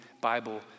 Bible